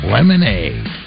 Lemonade